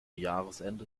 jahresende